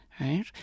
Right